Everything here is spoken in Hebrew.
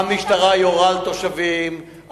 המשטרה יורה על תושבים,